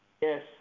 Yes